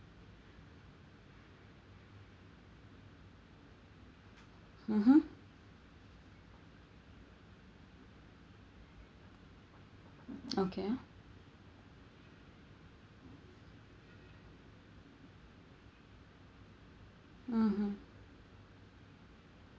mmhmm okay mmhmm